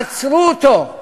עצרו אותו.